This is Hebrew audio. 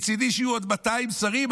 מצידי שיהיו עוד 200 שרים,